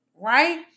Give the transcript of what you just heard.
right